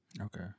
Okay